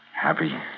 Happy